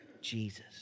Jesus